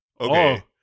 okay